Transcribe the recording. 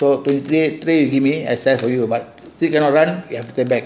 twenty three you give me but still cannot run